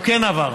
או כן עבר?